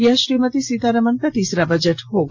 यह श्रीमती सीतारामन का तीसरा बजट होगा